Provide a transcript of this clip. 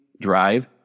drive